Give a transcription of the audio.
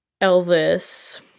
Elvis